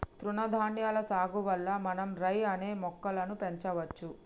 తృణధాన్యాల సాగు వల్ల మనం రై అనే మొక్కలను పెంచవచ్చు